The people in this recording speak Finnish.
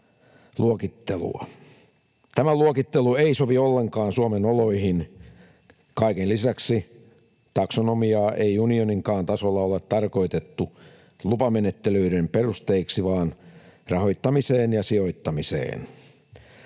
Tämä luokittelu ei sovi ollenkaan Suomen oloihin. Kaiken lisäksi taksonomiaa ei unioninkaan tasolla ole tarkoitettu lupamenettelyiden perusteiksi vaan rahoittamiseen ja sijoittamiseen.